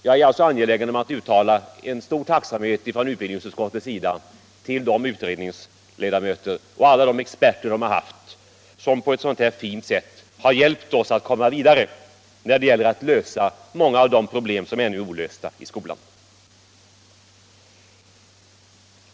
Jag är alltså angelägen att uttala stor tacksamhet från utbildningsutskottets sida till utredningsledamöterna och alla de experter de haft, som på ett sådant här fint sätt hjälpt oss att komma vidare när det gäller att lösa problem som ännu är olösta i skolan.